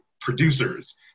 producers